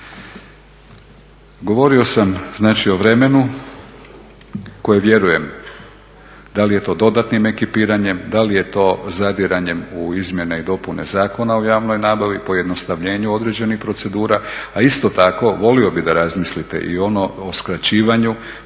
Govorio sam znači o vremenu koje vjerujem da li je to dodatnim ekipiranjem, da li je to zadiranjem u Izmjene i dopune Zakona o javnoj nabavi, pojednostavljenju određenih procedura. A isto tako volio bih da razmislite i ono o skraćivanju